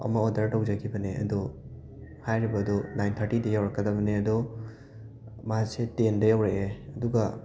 ꯑꯃ ꯑꯣꯔꯗꯔ ꯇꯧꯖꯈꯤꯕꯅꯦ ꯑꯗꯨ ꯍꯥꯏꯔꯤꯕꯗꯨ ꯅꯥꯏꯟ ꯊꯥꯔꯇꯤꯗ ꯌꯧꯔꯛꯀꯗꯕꯅꯤ ꯑꯗꯣ ꯃꯥꯁꯦ ꯇꯦꯟꯗ ꯌꯧꯔꯛꯑꯦ ꯑꯗꯨꯒ